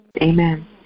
Amen